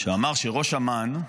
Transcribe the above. שאמר שראש אמ"ן,